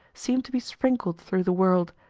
seem to be sprinkled through the world,